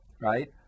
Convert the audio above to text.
right